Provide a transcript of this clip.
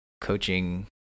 coaching